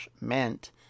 meant